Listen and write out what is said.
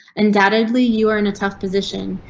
undoubtedly, you are in a tough position.